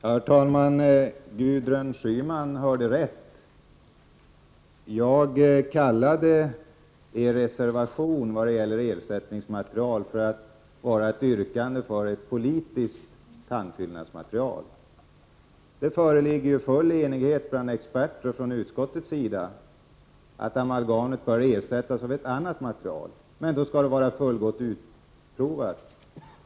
Herr talman! Gudrun Schyman hörde rätt. Jag kallade er reservation vad gäller ersättningsmaterial för ett yrkande för ett politiskt tandfyllnadsmaterial. Det föreligger ju full enighet från experter och från utskottets sida om att amalgamet både bör och kan ersättas av något annat material. Men då skall det vara fullgott utprovat.